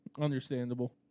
Understandable